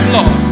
Lord